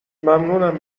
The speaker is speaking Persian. ممنونم